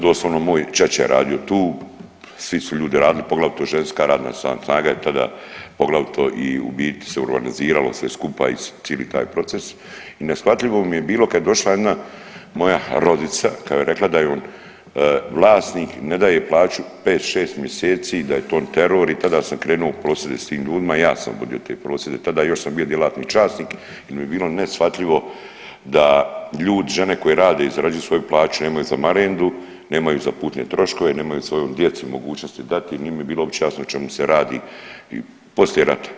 Doslovno moj čača je radio tu, svi su ljudi radili, poglavito ženska radna snaga je tada poglavito i u biti se urbaniziralo sve skupa i cili taj proces i neshvatljivo mi je bilo kad je došla jedna moja rodica kada je rekla da jon vlasnik ne daje plaću 5-6 mjeseci, da to teror i tada sam krenuo u prosvjede s tim ljudima i ja sam vodio te prosvjede tada i još sam bio djelatni časnik jer mi je bilo neshvatljivo da ljudi, žene koji rade i zarađuju svoju plaću nemaju za marendu, nemaju za putne troškove, nemaju svojoj djeci mogućnosti dati i nije mi bilo uopće jasno o čemu se radi, poslije rata.